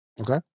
Okay